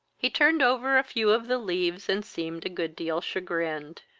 he turned over a few of the leaves, and seemed a good deal chagrined.